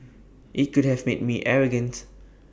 IT could have made me arrogant